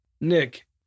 Nick